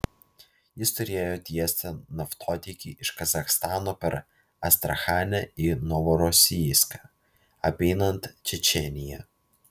jis turėjo tiesti naftotiekį iš kazachstano per astrachanę į novorosijską apeinant čečėniją